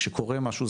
כשקורה משהו,